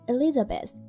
Elizabeth